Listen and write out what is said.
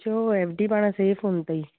छो F D पाण safe हूंदी अथई